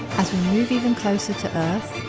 as we move even closer to earth,